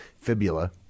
fibula